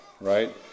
right